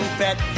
bet